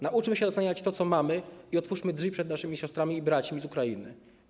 Nauczmy się doceniać to, co mamy, i otwórzmy drzwi przed naszymi siostrami i braćmi z Ukrainy.